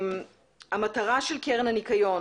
המטרה של קרן הניקיון,